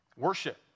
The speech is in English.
Worship